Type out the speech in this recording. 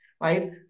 right